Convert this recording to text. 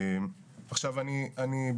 תן ביס היא לא פלטפורמה.